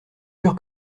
jure